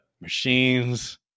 machines